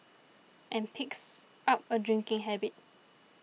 and picks up a drinking habit